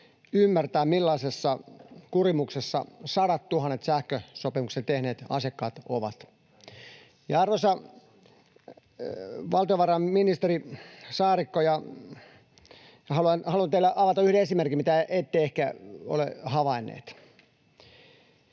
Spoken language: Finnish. ymmärtää, millaisessa kurimuksessa sadattuhannet sähkösopimuksen tehneet asiakkaat ovat. Arvoisa valtiovarainministeri Saarikko, haluan teille avata yhden esimerkin, mitä ette ehkä ole havainnut: